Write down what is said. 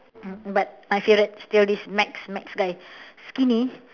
but my favourite still this max max guy skinny